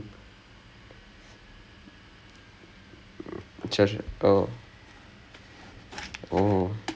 by by to whoever was running whoever was in charge of the mics and everything kenna got blasted என்னன்னா:ennannaa